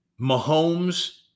Mahomes